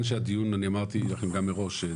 להתחיל.